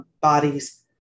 bodies